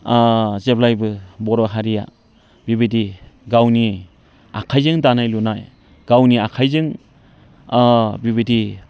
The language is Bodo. जेब्लायबो बर' हारिया बिबायदि गावनि आखाइजों दानाय लुनाय गावनि आखाइजों बिबायदि